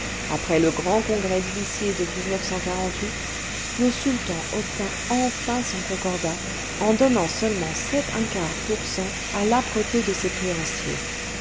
après le grand congrès d'huissiers de le sultan obtint enfin son concordat en donnant seulement sept un quart pour cent à l'âpreté de ses créanciers